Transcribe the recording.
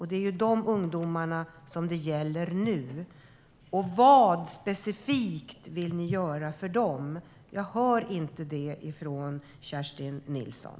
Det är ju de ungdomarna som det gäller nu. Vad vill ni specifikt göra för dem? Jag hör inte något om det från Kerstin Nilsson.